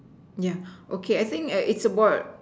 yeah okay I think err it's about